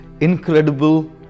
incredible